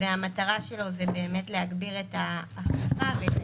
והמטרה שלו זה באמת להגביר את האכיפה ואת